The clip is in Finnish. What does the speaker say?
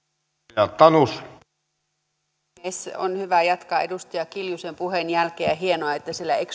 arvoisa herra puhemies on hyvä jatkaa edustaja kiljusen puheen jälkeen ja hienoa että siellä